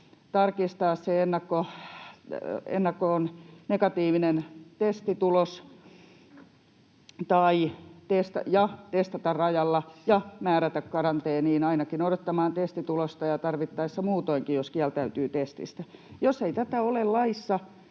tarkistamaan ennakkoon sen negatiivisen testituloksen ja testaamaan rajalla ja määräämään karanteeniin ainakin odottamaan testitulosta ja tarvittaessa muutoinkin, jos kieltäytyy testistä. Jos ei tätä ole laissa,